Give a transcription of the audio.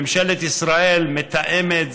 ממשלת ישראל מתאמת,